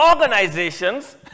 organizations